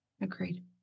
Agreed